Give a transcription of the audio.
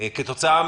כתוצאה